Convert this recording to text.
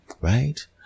right